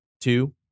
Two